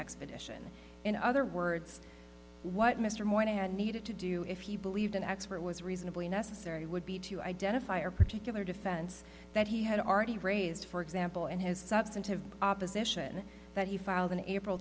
expedition in other words what mr morning had needed to do if you believed an expert was reasonably necessary would be to identify a particular defense that he had already raised for example and his substantive opposition that he filed in april